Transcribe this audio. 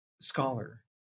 scholar